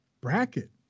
bracket